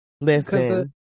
Listen